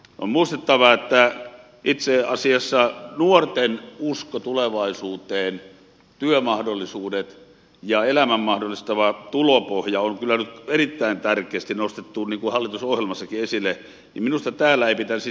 on muistettava että itse asiassa nuorten usko tulevaisuuteen työmahdollisuudet ja elämän mahdollistava tulopohja on kyllä nyt erittäin tärkeästi nostettu niin kuin hallitusohjelmassakin esille niin että minusta täällä ei pitäisi sitä miettiä